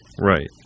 Right